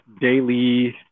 daily